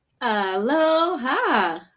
Aloha